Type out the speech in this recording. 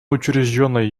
учрежденной